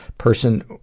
person